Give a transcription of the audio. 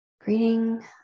greeting